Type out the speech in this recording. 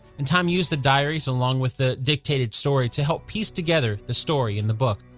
and tom used the diaries along with the dictated story to help piece together the story in the book.